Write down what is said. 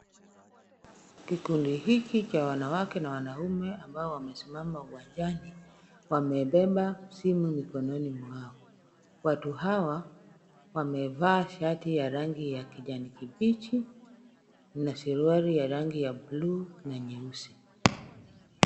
Kikundi hiki cha wanawake na wanaume ambao wamesimama uwanjani, wamebeba simu mikononi mwao. Watu hawa wamevaa shati ya rangi ya kijani kibichi na suruali ya rangi ya blue na nyeusi.